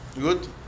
good